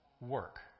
work